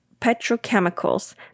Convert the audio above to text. petrochemicals